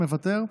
מוותר.